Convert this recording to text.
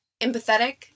empathetic